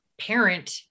parent